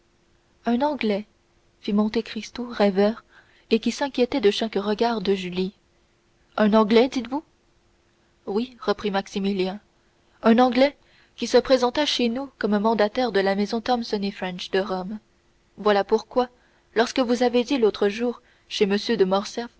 un anglais fit monte cristo rêveur et qui s'inquiétait de chaque regard de julie un anglais dites-vous oui reprit maximilien un anglais qui se présenta chez nous comme mandataire de la maison thomson et french de rome voilà pourquoi lorsque vous avez dit l'autre jour chez m de